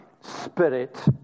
Spirit